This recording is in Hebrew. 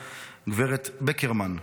גב' בקרמן,